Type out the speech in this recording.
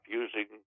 using